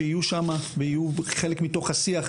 שיהיו חלק מתוך השיח.